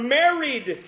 married